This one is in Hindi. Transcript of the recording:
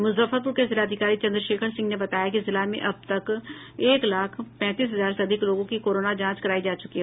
मुजफ्फरपुर के जिलाधिकारी चन्द्रशेखर सिंह ने बताया है कि जिला में अब तक एक लाख पैंतीस हजार से अधिक लोगों की कोरोना जांच करायी जा चुकी है